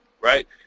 right